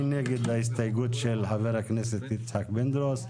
מי נגד ההסתייגות של חבר הכנסת יצחק פינדרוס?